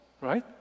right